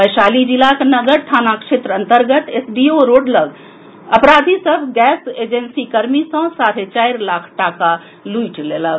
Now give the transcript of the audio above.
वैशाली जिलाक नगर थाना क्षेत्र अन्तर्गत एसडीओ रोड लऽग अपराधी सभ गैस एजेंसी कर्मी सँ साढ़े चारि लाख टाका लूटि लेलक